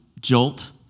jolt